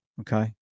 Okay